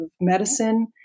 medicine